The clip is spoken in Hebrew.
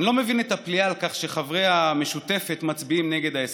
אני לא מבין את הפליאה על כך שחברי המשותפת מצביעים נגד ההסכם.